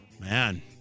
Man